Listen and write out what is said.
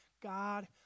God